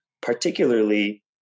particularly